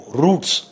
roots